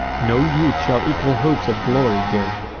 no youth shall equal hopes of glory give,